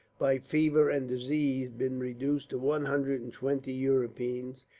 by fever and disease, been reduced to one hundred and twenty europeans,